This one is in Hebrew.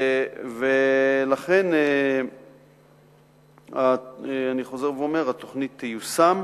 ולכן אני חוזר ואומר: התוכנית תיושם,